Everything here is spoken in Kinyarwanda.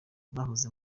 bahoze